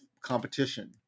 competition